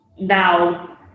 now